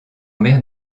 mer